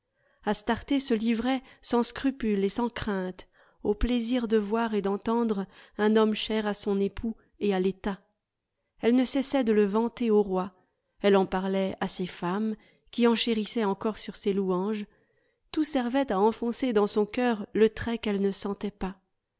l'innocence astarté se livrait sans scrupule et sans crainte au plaisir de voir et d'entendre un homme cher à son époux et à l'état elle ne cessait de le vanter au roi elle en parlait à ses femmes qui enchérissaient encore sur ses louanges tout servait à enfoncer dans son coeur le trait qu'elle ne sentait pas